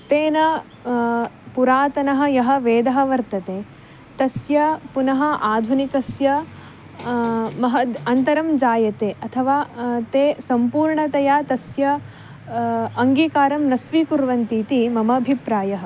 तेन पुरातनः यः वेदः वर्तते तस्य पुनः आधुनिकस्य महद् अन्तरं जायते अथवा ते सम्पूर्णतया तस्य अङ्गीकारं न स्वीकुर्वन्तीति मम अभिप्रायः